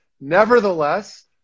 Nevertheless